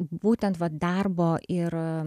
būtent darbo ir